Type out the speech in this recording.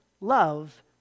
Love